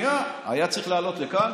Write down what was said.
הוא היה צריך לעלות לכאן